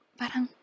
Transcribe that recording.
parang